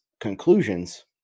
conclusions